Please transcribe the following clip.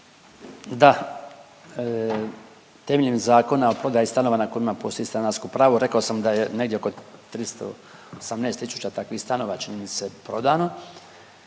Da, temeljem Zakona o prodaji stanova na kojima postoji stanarsko pravo rekao sam da je negdje oko 318 tisuća takvih stanova čini mi se prodano